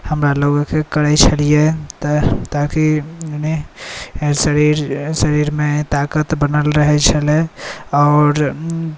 हमरा लोकके करै छलिए तऽ ताकि ओहिमे शरीर शरीरमे ताकत बनल रहै छलै आओर